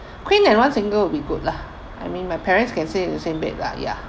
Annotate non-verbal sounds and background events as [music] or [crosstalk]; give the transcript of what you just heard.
[breath] queen and one single will be good lah I mean my parents can sleep in the same bed lah ya